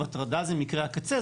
הטרדה זה מקרה הקצה,